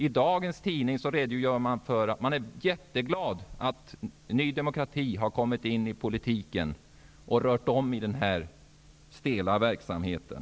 I dagens tidning redogörs t.ex. för hur folk är jätteglada för att Ny demokrati har kommit in i politiken och rört om i den stela verksamheten.